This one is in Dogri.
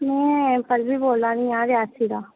मैं पल्लवी बोल्ला दी आं रियासी दा